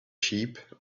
sheep